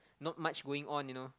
not much going on you know